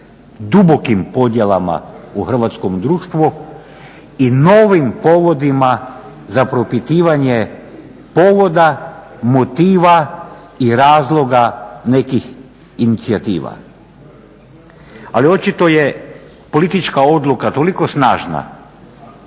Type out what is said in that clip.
dubokim podjelama u hrvatskom društvu i novim povodima za propitivanje povoda, motiva i razloga nekih inicijativa? Ali očito je politička odluka toliko snažna